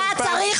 אתה צריך,